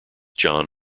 john